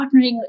partnering